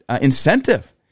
incentive